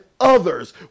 others